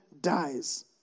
dies